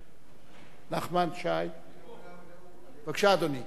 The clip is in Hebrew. נחמן שי, בבקשה, אדוני.